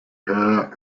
her